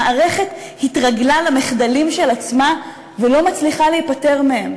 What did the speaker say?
המערכת התרגלה למחדלים של עצמה ולא מצליחה להיפטר מהם.